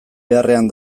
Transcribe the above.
beharrean